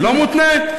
לא מותנה?